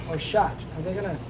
or shot, are they gonna?